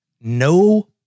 no